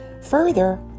further